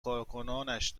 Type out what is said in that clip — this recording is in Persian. کارکنانش